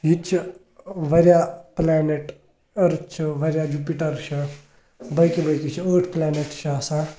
ییٚتہِ چھِ واریاہ پٕلینیٚٹ أرٕتھ چھِ واریاہ جوٗپِٹَر چھِ باقی بٲقی چھِ ٲٹھ پٕلینیٚٹ چھِ آسان